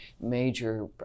major